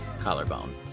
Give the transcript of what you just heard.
collarbone